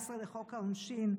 114 לחוק העונשין,